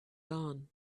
dawn